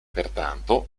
pertanto